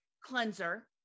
cleanser